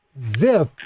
Zip